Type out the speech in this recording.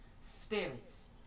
spirits